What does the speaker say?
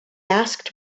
asked